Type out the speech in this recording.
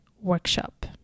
workshop